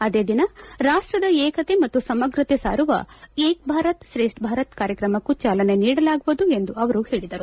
ಅದೇ ದಿನ ರಾಷ್ಟದ ಏಕತೆ ಮತ್ತು ಸಮಗ್ರತೆ ಸಾರುವ ಏಕ ಭಾರತ್ ತ್ರೇಷ್ಠ ಭಾರತ್ ಕಾರ್ಯಕ್ರಮಕ್ಕೂ ಚಾಲನೆ ನೀಡಲಾಗುವುದು ಎಂದು ಅವರು ಹೇಳಿದರು